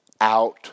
out